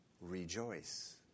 Rejoice